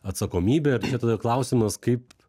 atsakomybė ir čia tada klausimas kaip